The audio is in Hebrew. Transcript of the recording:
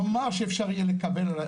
נאמר שאפשר יהיה לקבל,